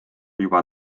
juba